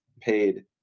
paid